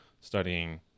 studying